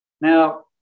Now